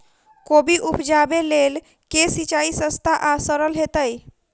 कोबी उपजाबे लेल केँ सिंचाई सस्ता आ सरल हेतइ?